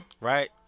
Right